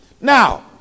Now